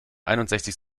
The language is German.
einundsechzig